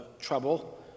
trouble